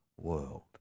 world